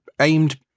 aimed